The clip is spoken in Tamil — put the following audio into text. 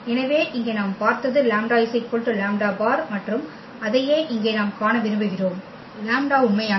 எனவே இங்கே நாம் பார்த்தது λ λ̅ மற்றும் அதையே இங்கே நாம் காண விரும்புகிறோம் λ′s உண்மையானவை